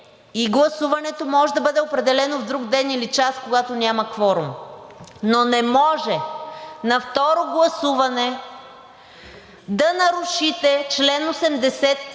и гласуването може да бъде определено в друг ден или час, когато няма кворум. Но не може на второ гласуване да нарушите чл. 80